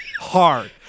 hard